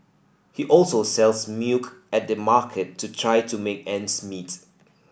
he also sells milk at the market to try to make ends meet